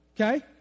okay